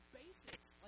basics